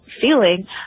feeling